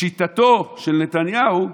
לשיטתו של נתניהו,